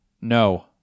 no